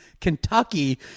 Kentucky